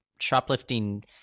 shoplifting